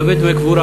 לגבי דמי קבורה,